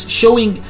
showing